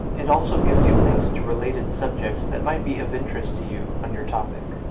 it also gives you links to related subjects that might be of interest to you on your topic.